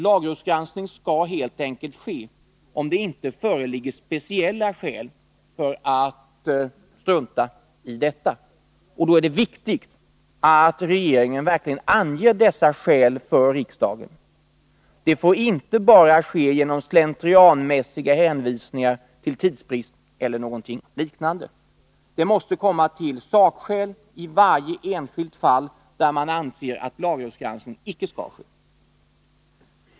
Lagrådsgranskning skall helt enkelt ske, om det inte föreligger speciella skäl för att strunta i detta. Då är det viktigt att regeringen verkligen anger dessa skäl för riksdagen. Det får inte bara ske genom slentrianmässiga hänvisningar till tidsbrist eller någonting liknande. Det måste vara sakskäl i varje enskilt fall, där man anser att lagrådsgranskning icke skall ske.